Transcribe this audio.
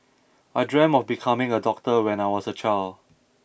I dreamt of becoming a doctor when I was a child